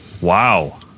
wow